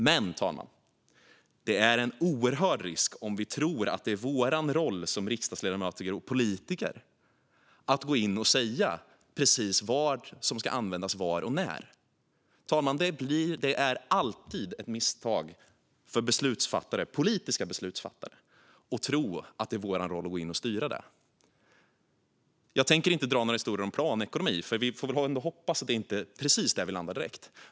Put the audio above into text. Men, fru talman, det är en oerhörd risk om vi tror att det är vår roll som riksdagsledamöter och politiker att gå in och säga precis vad som ska användas var och när. Det är alltid ett misstag när politiska beslutsfattare tror att det är vår roll att gå in och styra detta, fru talman. Jag tänker inte dra några historier om planekonomi, för vi får väl ändå hoppas att inte är precis där vi landar.